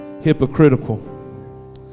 hypocritical